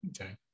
Okay